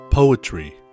Poetry